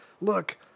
look